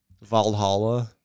Valhalla